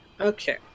Okay